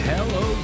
Hello